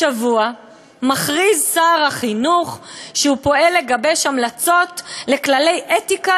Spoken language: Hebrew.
השבוע הכריז שר החינוך שהוא פועל לגבש המלצות לכללי אתיקה